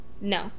No